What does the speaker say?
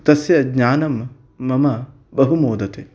तस्य ज्ञानं मम बहु मोदते